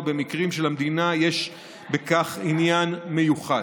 או במקרים שלמדינה יש בכך עניין מיוחד.